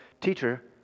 Teacher